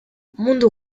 mundu